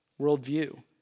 worldview